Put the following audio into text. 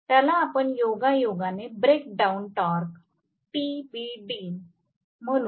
त्याला आपण योगायोगाने ब्रेक डाऊन टॉर्क TBD म्हणू